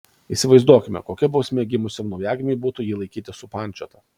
įsivaizduokime kokia bausmė gimusiam naujagimiui būtų jį laikyti supančiotą